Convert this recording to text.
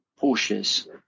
Porsches